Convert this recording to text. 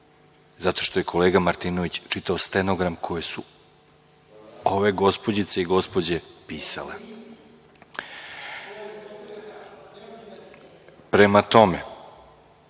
zato što je kolega Martinović čitao stenogram koji su ove gospođice i gospođe pisale. Prema tome,